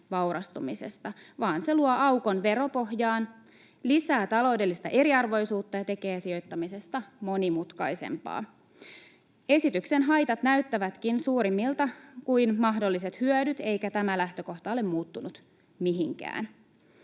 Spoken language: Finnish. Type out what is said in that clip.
vaan se luo aukon veropohjaan, lisää taloudellista eriarvoisuutta ja tekee sijoittamisesta monimutkaisempaa. Esityksen haitat näyttävätkin suuremmilta kuin mahdolliset hyödyt, eikä tämä lähtökohta ole muuttunut mihinkään.